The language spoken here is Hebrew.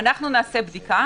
אנו עושים בדיקה,